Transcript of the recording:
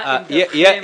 מה עמדתכם?